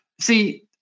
See